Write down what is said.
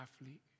athlete